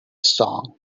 song